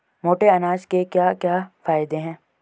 मोटे अनाज के क्या क्या फायदे हैं?